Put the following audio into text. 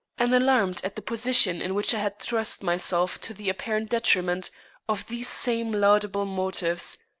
and alarmed at the position in which i had thrust myself to the apparent detriment of these same laudable motives.